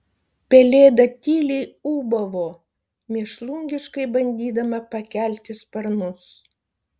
pelėda tyliai ūbavo mėšlungiškai bandydama pakelti sparnus